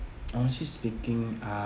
honestly speaking uh